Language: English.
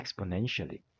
exponentially